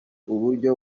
uburyo